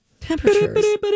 temperatures